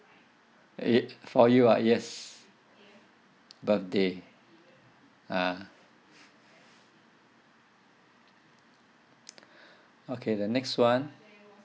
it for you ah yes birthday ah okay the next one